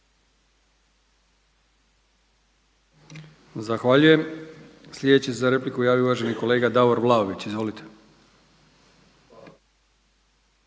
(HDZ)** Sljedeći se za repliku javio uvaženi kolega Davor Vlaović. Izvolite.